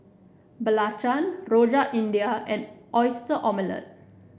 Belacan Rojak India and Oyster Omelette